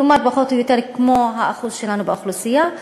כלומר פחות או יותר כמו האחוז שלנו באוכלוסייה.